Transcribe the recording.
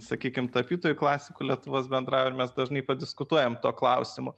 sakykim tapytojų klasikų lietuvos bendrauju ir mes dažnai padiskutuojam tuo klausimu